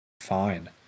fine